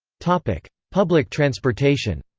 public public transportation